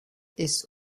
ist